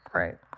right